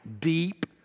deep